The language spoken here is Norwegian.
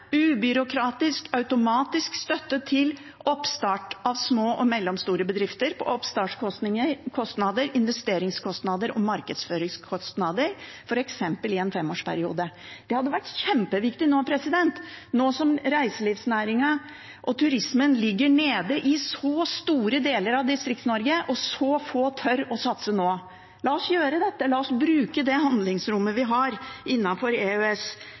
ubyråkratisk automatisk støtte, til oppstart av små og mellomstore bedrifter, til oppstartskostnader, investeringskostnader og markedsføringskostnader, f.eks. i en femårsperiode. Det hadde vært kjempeviktig nå som reiselivsnæringen og turismen ligger nede i så store deler av Distrikts-Norge, og når så få nå tør å satse. La oss gjøre dette, la oss bruke det handlingsrommet vi har innenfor EØS